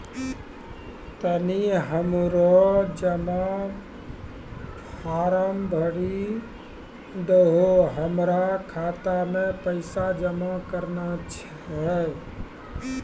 तनी हमरो जमा फारम भरी दहो, हमरा खाता मे पैसा जमा करना छै